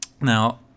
Now